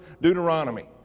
Deuteronomy